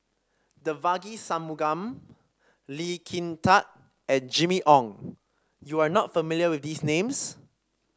Devagi Sanmugam Lee Kin Tat and Jimmy Ong you are not familiar with these names